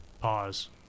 pause